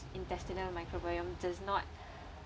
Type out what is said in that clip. intestinal microbiome does not